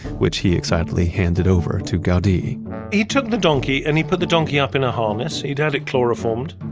which he excitedly handed over to gaudi he took the donkey and he put the donkey up in a harness, he'd had it chloroformed.